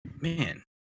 Man